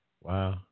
Wow